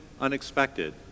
unexpected